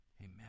Amen